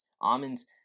Almonds